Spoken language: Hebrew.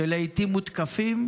שלעיתים מותקפים,